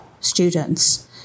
students